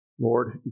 Lord